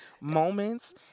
moments